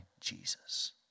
Jesus